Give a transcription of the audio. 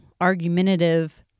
argumentative